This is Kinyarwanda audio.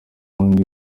wundi